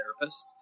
therapist